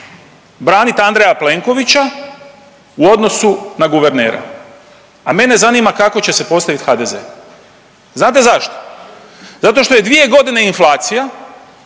branit Andreja Plenkovića u odnosu na guvernera, a mene zanima kako će se postaviti HDZ. Znate zašto? Zato što je dvije godine inflacija,